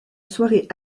soirée